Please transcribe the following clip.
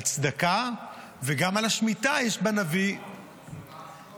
על צדקה וגם על השמיטה יש בנביא --- יש מעשרות.